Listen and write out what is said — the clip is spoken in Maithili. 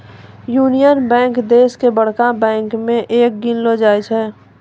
यूनियन बैंक देश के बड़का बैंक मे एक गिनलो जाय छै